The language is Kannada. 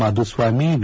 ಮಾಧುಸ್ವಾಮಿ ವಿ